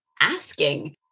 asking